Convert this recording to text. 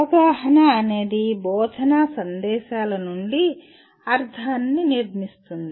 అవగాహన అనేది బోధనా సందేశాల నుండి అర్థాన్ని నిర్మిస్తుంది